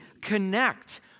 connect